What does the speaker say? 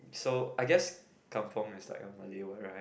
so I guess Kampung is like a Malay word right